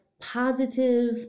positive